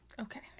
okay